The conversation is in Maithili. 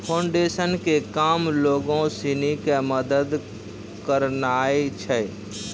फोउंडेशन के काम लोगो सिनी के मदत करनाय छै